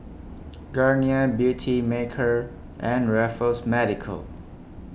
Garnier Beautymaker and Raffles Medical